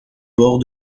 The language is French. port